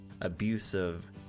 abusive